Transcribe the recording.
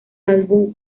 álbum